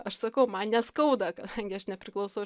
aš sakau man neskauda kadangi aš nepriklausau